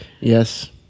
Yes